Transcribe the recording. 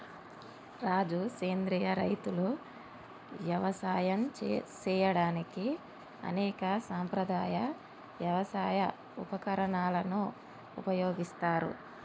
రాజు సెంద్రియ రైతులు యవసాయం సేయడానికి అనేక సాంప్రదాయ యవసాయ ఉపకరణాలను ఉపయోగిస్తారు